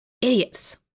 Idiots